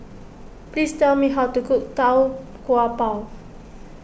please tell me how to cook Tau Kwa Pau